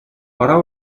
пора